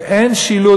ואין שילוט.